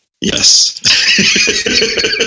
Yes